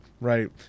right